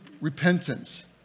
repentance